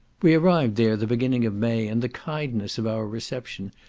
we arrived there the beginning of may, and the kindness of our reception,